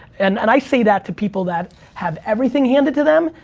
and and i say that to people that have everything handed to them,